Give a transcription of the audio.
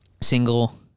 single